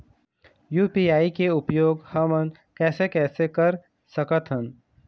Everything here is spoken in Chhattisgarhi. यू.पी.आई के उपयोग हमन कैसे कैसे कर सकत हन?